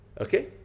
Okay